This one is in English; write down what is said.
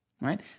right